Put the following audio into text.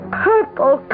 purple